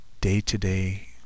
day-to-day